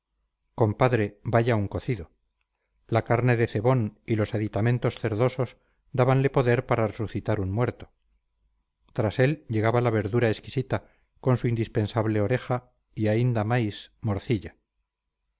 compadre vaya un cocido la carne de cebón y los aditamentos cerdosos dábanle poder para resucitar un muerto tras él llegaba la verdura exquisita con su indispensable oreja y ainda mais morcilla